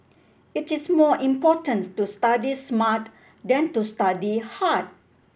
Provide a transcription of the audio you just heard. it is more important to study smart than to study hard